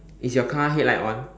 is your car headlight on